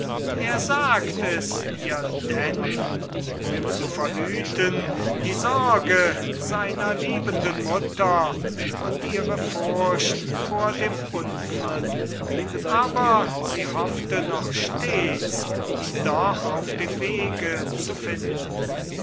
er sagt es ihr denn um zu verhüten die sorge seiner liebenden mutter und ihre furcht vor dem unfall aber sie hoffte noch stets ihn doch auf dem wege zu finden